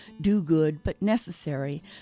do-good-but-necessary